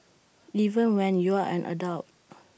even when you're an adult